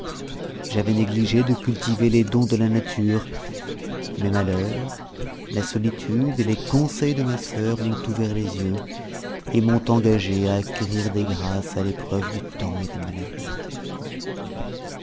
j'avais négligé de cultiver les dons de la nature mes malheurs la solitude et les conseils de ma sœur m'ont ouvert les yeux et m'ont engagée à acquérir des grâces à l'épreuve du temps et des maladies